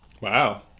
Wow